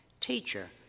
Teacher